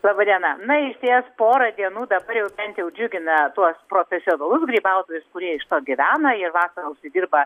laba diena na išties porą dienų dabar jau bent jau džiugina tuos profesionalus grybautojus kurie iš to gyvena jie vasarą užsidirba